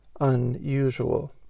unusual